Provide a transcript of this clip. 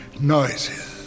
Noises